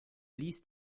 blies